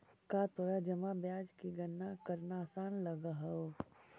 का तोरा जमा ब्याज की गणना करना आसान लगअ हवअ